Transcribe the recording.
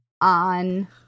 on